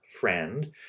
friend